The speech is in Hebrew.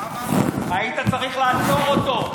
היית צריך לעצור אותו,